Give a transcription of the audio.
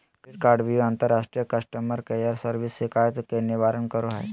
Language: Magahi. क्रेडिट कार्डव्यू अंतर्राष्ट्रीय कस्टमर केयर सर्विस शिकायत के निवारण करो हइ